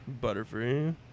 Butterfree